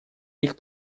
них